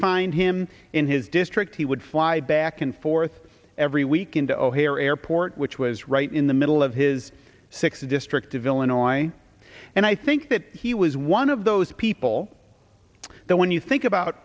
find him in his district he would fly back and forth every weekend to o'hare airport which was right in the middle of his sixth district of illinois and i think that he was one of those people that when you think about